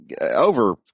over